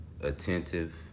attentive